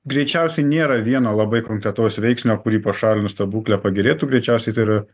greičiausiai nėra vieno labai konkretaus veiksnio kurį pašalinus ta būklė pagerėtų greičiausiai tai yra